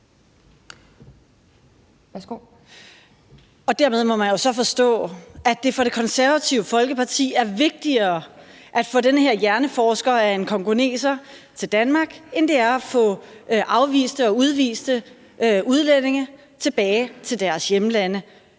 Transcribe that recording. Og derved må man jo så forstå, at det for Det Konservative Folkeparti er vigtigere at få den her hjerneforsker af en congoneser til Danmark, end det er at få afviste og udviste udlændinge tilbage til deres hjemlande.